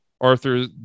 arthur